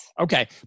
Okay